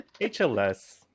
hls